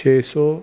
ਛੇ ਸੌ